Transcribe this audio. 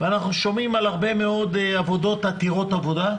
אנחנו שומעים על עבודות עתירות עובדים,